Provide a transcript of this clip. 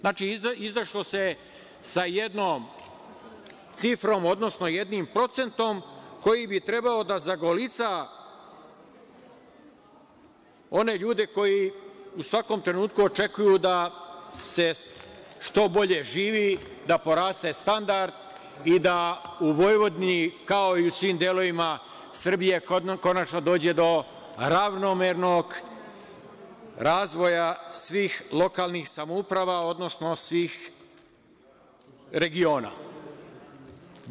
Znači, izašlo se sa jednom cifrom, odnosno jednim procentom koji bi trebalo da zagolica one ljude koji u svakom trenutku očekuju da se što bolje živi, da poraste standard i da u Vojvodini, kao i u svim delovima Srbije, konačno dođe do ravnomernog razvoja svih lokalnih samouprava, odnosno svih regiona.